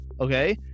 okay